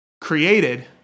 created